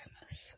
goodness